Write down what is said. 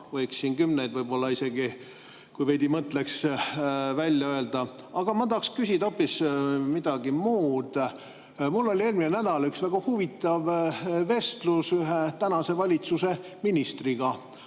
Võiks siin kümneid, kui veidi mõtleks, välja tuua. Aga ma tahan küsida hoopis midagi muud. Mul oli eelmine nädal väga huvitav vestlus ühe tänase valitsuse ministriga.